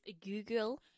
Google